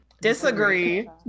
disagree